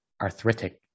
arthritic